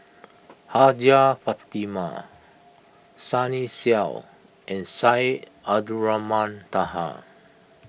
Hajjah Fatimah Sunny Sia and Syed Abdulrahman Taha